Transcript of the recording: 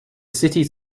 cities